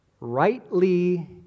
Rightly